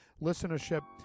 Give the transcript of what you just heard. listenership